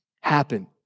happen